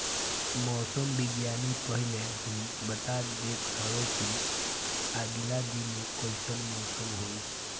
मौसम विज्ञानी पहिले ही बता देत हवे की आगिला दिने कइसन मौसम होई